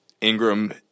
Ingram